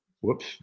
Whoops